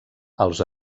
els